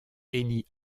elie